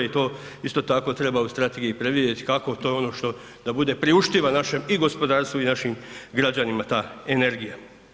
I to isto tako treba u strategiji predvidjeti kako, to je ono što, da bude priuštiva našem i gospodarstvu i našim građanima ta energija.